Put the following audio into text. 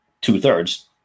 two-thirds